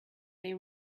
they